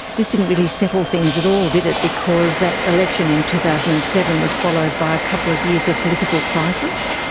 this didn't really settle things at all, did it, because that election in two thousand and seven was followed by a couple of years of political crisis.